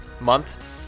month